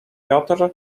piotr